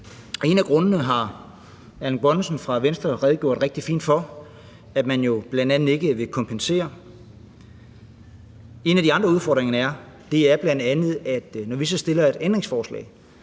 En af grundene har Erling Bonnesen fra Venstre redegjort rigtig fint for, og det handler om, at man bl.a. ikke vil kompensere. En af de andre udfordringer er bl.a., at når vi så stiller et ændringsforslag